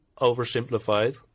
oversimplified